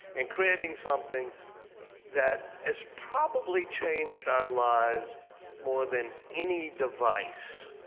and creating something that has probably changed our lives more than any device.